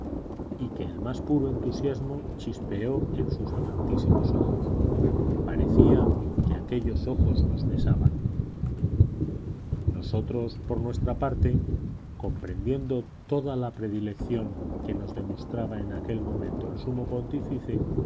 y que el más puro entusiasmo chispeó en sus amantísimos ojos parecía que aquellos ojos nos besaban nosotros por nuestra parte comprendiendo toda la predilección que nos demostraba en aquel momento el sumo pontífice